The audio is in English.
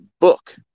book